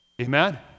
Amen